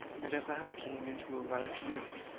and at last came into a large room,